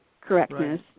correctness